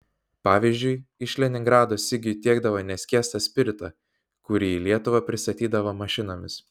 pavyzdžiui iš leningrado sigiui tiekdavo neskiestą spiritą kurį į lietuvą pristatydavo mašinomis